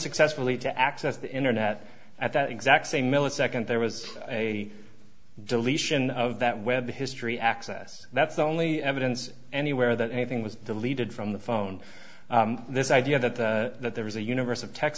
unsuccessfully to access the internet at that exact same millisecond there was a deletion of that web history access that's the only evidence anywhere that anything was deleted from the phone this idea that that there was a universe of t